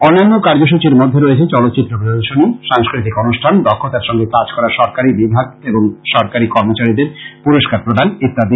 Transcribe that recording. অন্যান্য কার্যসূচির মধ্যে রয়েছে চলচ্চিত্র প্রদর্শনী সাংস্কৃতিক অনুষ্ঠান দক্ষতার সঙ্গে কাজ করা সরকারি বিভাগ এবং সরকারি কর্মচারীদের পুরষ্কার প্রদান ইত্যাদি